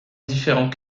différents